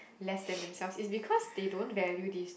less than themselves is because they don't value these